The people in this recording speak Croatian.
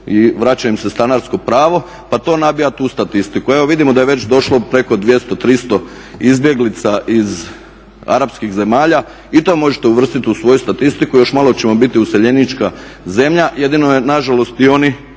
i vraća im se stanarsko pravo pa to nabijate u statistiku? Evo vidimo da je već došlo preko 200, 300 izbjeglica iz arapskih zemalja, i to možete uvrstiti u svoju statistiku. Još malo ćemo biti useljenička zemlja. Jedino nažalost i oni